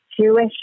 Jewish